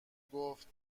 گفت